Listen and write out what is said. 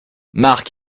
marc